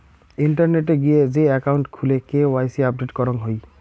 ইন্টারনেটে গিয়ে যে একাউন্ট খুলে কে.ওয়াই.সি আপডেট করাং হই